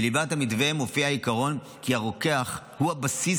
בליבת המתווה מופיע העיקרון כי הרוקח הוא הבסיס